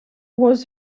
was